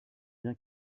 bien